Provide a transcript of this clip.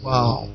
Wow